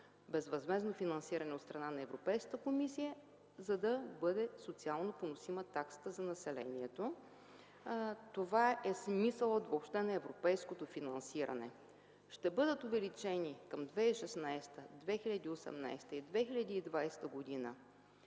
безвъзмездното финансиране от страна на Европейската комисия, за да бъде социално поносима таксата за населението. Това е смисълът въобще на европейското финансиране. Към 2016-2018-2020 г.